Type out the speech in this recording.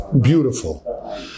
beautiful